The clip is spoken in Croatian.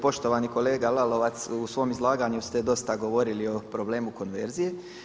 Poštovani kolega Lalovac u svom izlaganju ste dosta govorili o problemu konverzije.